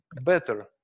better